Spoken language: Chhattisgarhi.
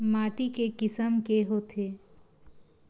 माटी के किसम के होथे?